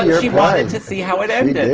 and she wanted to see how it ended.